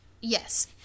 Yes